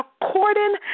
According